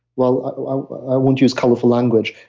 well, i won't use colorful language.